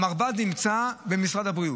המרב"ד נמצא במשרד הבריאות,